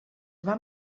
vam